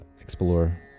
explore